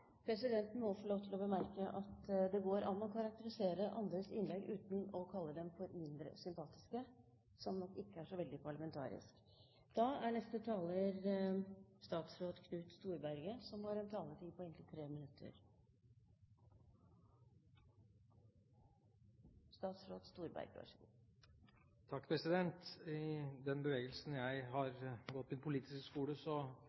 Presidenten må få lov å bemerke at det går an å karakterisere andres innlegg uten å kalle dem for «mindre sympatiske», som nok ikke er så veldig parlamentarisk. I den bevegelsen der jeg har gått min politiske skole, lærte vi ganske tidlig at hvis man hadde en dårlig sak, var det bare å snakke så høyt som mulig. Jeg